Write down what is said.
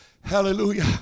Hallelujah